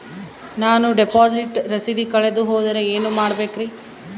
ನಾನು ಡಿಪಾಸಿಟ್ ರಸೇದಿ ಕಳೆದುಹೋದರೆ ಏನು ಮಾಡಬೇಕ್ರಿ?